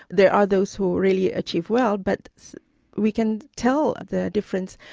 there are those who really achieve well, but we can tell the difference.